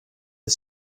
the